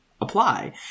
apply